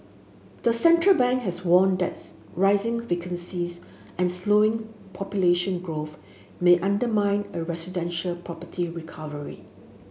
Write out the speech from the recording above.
the central bank has warned that's rising vacancies and slowing population growth may undermine a residential property recovery